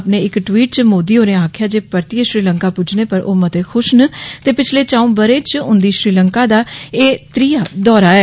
अपने इक टवीट च मोदी होरें आक्खेया जे परतियै श्रीलंका पूज्जने पर ओ मते ख्श न ते पिच्छले चंऊ बरे च श्रीलंका दा एह त्रीआ दौरा ऐ